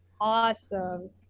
Awesome